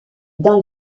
dans